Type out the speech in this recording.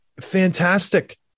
fantastic